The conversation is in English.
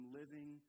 living